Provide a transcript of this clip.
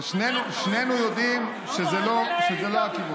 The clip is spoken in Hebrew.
ושנינו יודעים שזה לא הכיוון.